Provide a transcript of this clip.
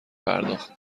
پرداخت